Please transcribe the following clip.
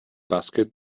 basket